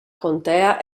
contea